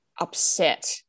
upset